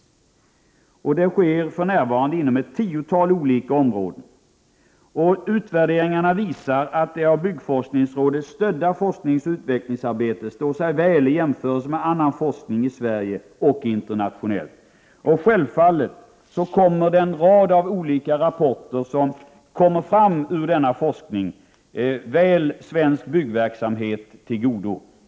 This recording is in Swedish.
Utvärdering sker för närvarande på ett tiotal olika områden. Utvärderingarna visar att det av byggforskningsrådet stödda forskningsoch utvecklingsarbetet står sig väl i jämförelse med annan forskning i Sverige och utomlands. Självfallet kommer en rad olika rapporter, baserade på denna forskning, svensk byggverksamhet till godo.